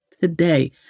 today